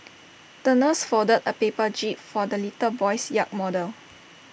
the nurse folded A paper jib for the little boy's yacht model